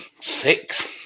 six